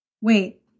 Wait